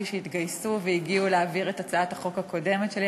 שהתגייסו והגיעו להעביר את הצעת החוק הקודמת שלי.